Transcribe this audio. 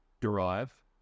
derive